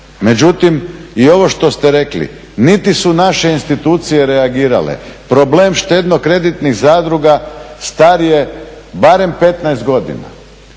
Međutim i ovo što ste rekli, niti su naše institucije reagirale, problem štedno-kreditnih zadruga star je barem 15 godina.